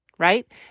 right